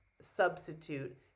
substitute